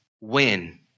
Win